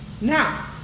Now